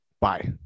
Bye